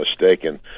mistaken